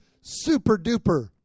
super-duper